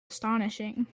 astonishing